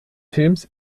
films